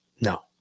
No